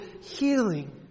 healing